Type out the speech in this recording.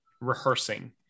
rehearsing